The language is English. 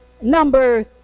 number